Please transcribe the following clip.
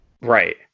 Right